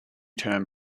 term